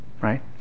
right